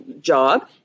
job